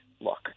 look